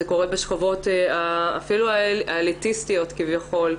זה קורה בשכבות אפילו האליטיסטיות כביכול,